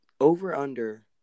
over-under